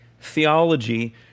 theology